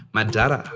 Madara